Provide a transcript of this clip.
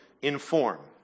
inform